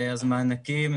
אז מענקים,